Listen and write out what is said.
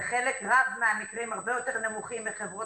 בחלק רב מהמקרים הרבה יותר נמוכים מחברות